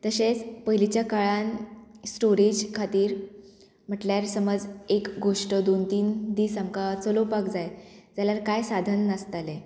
तशेंच पयलींच्या काळान स्टोरेज खातीर म्हटल्यार समज एक गोश्ट दोन तीन दीस आमकां चलोवपाक जाय जाल्यार कांय साधन नासतालें